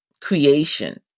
creation